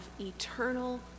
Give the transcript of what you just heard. eternal